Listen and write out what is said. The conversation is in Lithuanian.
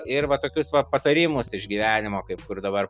ir va tokius va patarimus iš gyvenimo kaip kur dabar